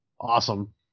Awesome